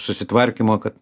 susitvarkymo kad